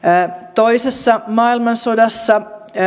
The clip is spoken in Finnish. toisessa maailmansodassa